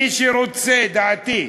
לדעתי,